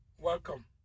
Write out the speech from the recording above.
Welcome